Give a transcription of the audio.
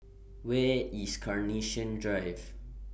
Where IS Carnation Drive